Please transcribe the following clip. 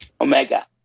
Omega